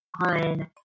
on